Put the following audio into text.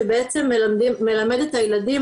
שבעצם מלמד את הילדים,